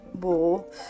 War